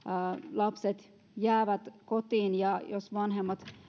lapset jäävät kotiin ja jos vanhemmat